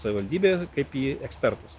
savivaldybė kaip į ekspertus